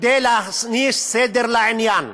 כדי להכניס סדר בעניין,